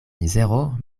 mizero